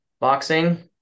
Boxing